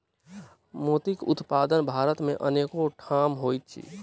मोतीक उत्पादन भारत मे अनेक ठाम होइत अछि